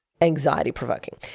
anxiety-provoking